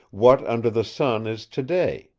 what under the sun is to-day!